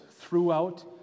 throughout